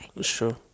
Sure